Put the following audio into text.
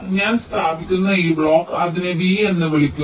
ഞാൻ സ്ഥാപിക്കുന്ന ഈ ബ്ലോക്ക് അതിനെ V എന്ന് വിളിക്കുന്നു